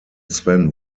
sven